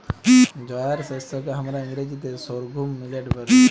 জয়ার শস্যকে হামরা ইংরাজিতে সর্ঘুম মিলেট ব্যলি